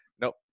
Nope